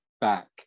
back